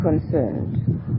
concerned